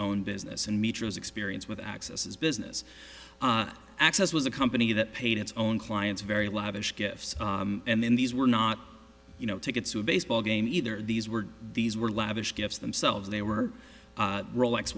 own business and meters experience with access his business access was a company that paid its own clients very lavish gifts and then these were not you know tickets to a baseball game either these were these were lavish gifts themselves they were rolex